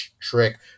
trick